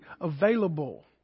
available